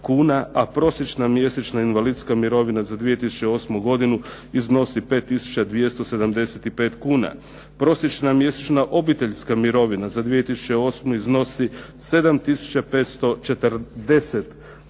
a prosječna mjesečna invalidska mirovina za 2008. godinu iznosi 5275 kuna. Prosječna mjesečna obiteljska mirovina za 2008. iznosi 7540 kuna,